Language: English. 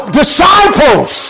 disciples